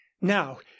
now